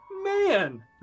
Man